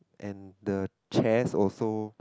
and the chairs also